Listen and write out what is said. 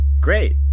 Great